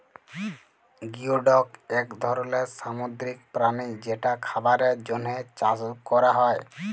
geoduck এক ধরলের সামুদ্রিক প্রাণী যেটা খাবারের জন্হে চাএ ক্যরা হ্যয়ে